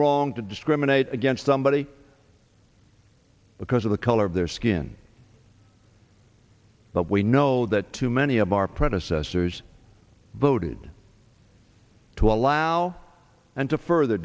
wrong to discriminate against somebody because of the color of their skin but we know that too many of our predecessors cers voted to allow and to further